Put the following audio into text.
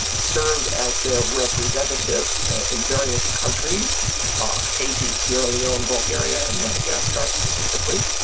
served as their representative in various countries haiti, sierra leone, bulgaria and madagascar, specifically.